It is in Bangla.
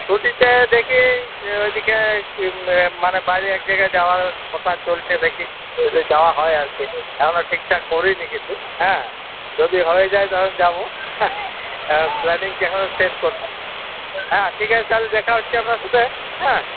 ছুটিতে দেখি ওইদিকে মানে বাইরে এক জায়গায় যাওয়ার কথা চলছে দেখি যদি যাওয়া হয় আরকি এখনো ঠিকঠাক করিনি কিছু হ্যাঁ যদি হয়ে যায় তখন যাবো হ্যাঁ প্ল্যানিং এখনও শেষ করছি ঠিক আছে তাহলে দেখা হচ্ছে তাহলে আপনার সাথে হ্যাঁ